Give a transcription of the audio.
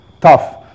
tough